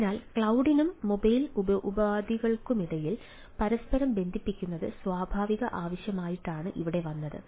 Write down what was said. അതിനാൽ ക്ലൌഡിനും മൊബൈൽ ഉപാധികൾക്കുമിടയിൽ പരസ്പരം ബന്ധിപ്പിക്കുന്നത് സ്വാഭാവിക ആവശ്യമായിട്ടാണ് ഇവിടെ വന്നത്